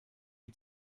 die